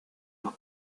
los